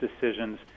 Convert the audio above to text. decisions